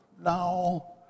Now